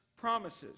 promises